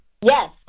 Yes